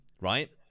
right